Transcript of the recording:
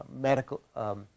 Medical